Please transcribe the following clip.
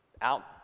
out